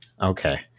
Okay